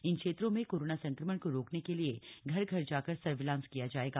इन क्षेत्रों में कोरोना संक्रमण को रोकने के लिए घर घर जाकर सर्विलांस किया जाएगा